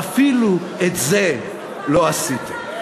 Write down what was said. ואפילו את זה לא עשיתם.